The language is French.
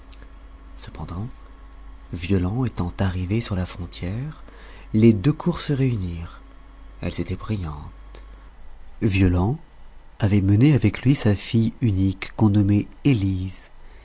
cependant violent étant arrivé sur la frontière les deux cours se réunirent elles étaient brillantes violent avait mené avec lui sa fille unique qu'on nommait elise